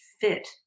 fit